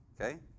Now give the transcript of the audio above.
Okay